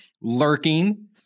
lurking